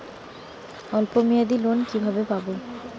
অল্প মেয়াদি লোন কিভাবে পাব?